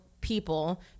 people